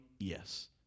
Yes